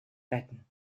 retten